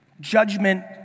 Judgment